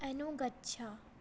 अनुगच्छ